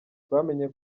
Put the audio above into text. twamenye